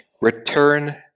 return